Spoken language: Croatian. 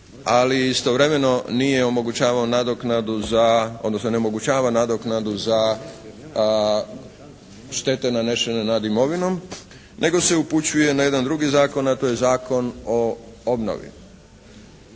za, odnosno onemogućava nadoknadu za štete nanešene nad imovinom nego se upućuje na jedan drugi zakon, a to je Zakon o obnovi.